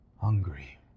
hungry